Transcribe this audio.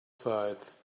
sides